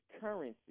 currency